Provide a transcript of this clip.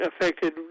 affected